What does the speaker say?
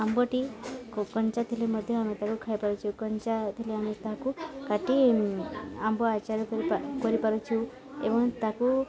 ଆମ୍ବଟି କଞ୍ଚା ଥିଲେ ମଧ୍ୟ ଆମେ ତାକୁ ଖାଇପାରୁଛୁ କଞ୍ଚା ଥିଲେ ଆମେ ତାକୁ କାଟି ଆମ୍ବ ଆଚାର କରି କରିପାରୁଛୁ ଏବଂ ତାକୁ